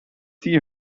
see